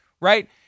Right